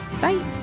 Bye